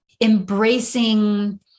embracing